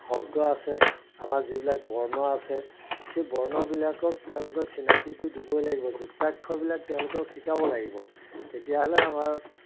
শব্দ আছে আমাৰ যিবিলাক বৰ্ণ আছে সেই বৰ্ণবিলাকক তেওঁলোকক চিনাকিটো দিবই লাগিব যুক্তাক্ষৰবিলাক তেওঁলোকক শিকাব লাগিব তেতিয়াহ'লে আমাৰ